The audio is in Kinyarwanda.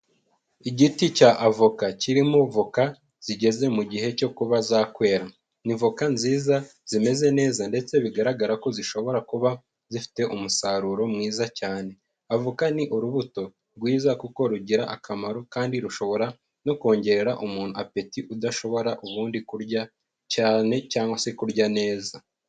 Igiti cya avoka. Kirimo voka zigeze mu gihe cyo kuba zakwera. Ni avoka nziza, zimeze neza ndetse bigaragara ko zishobora kuba zifite umusaruro mwiza cyane. Avoka ni urubuto rwiza kuko rugira akamaro kandi rushobora no kongerera umuntu apeti udashobora ubundi kurya cyane cyangwa se kurya neza.